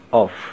off